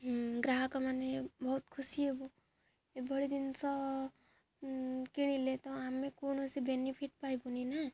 ଗ୍ରାହକ ମାନେ ବହୁତ ଖୁସି ହେବୁ ଏଭଳି ଜିନିଷ କିଣିଲେ ତ ଆମେ କୌଣସି ବେନିଫିଟ ପାଇବୁନି ନା